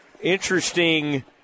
Interesting